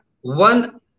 one